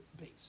base